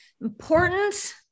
important